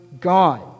God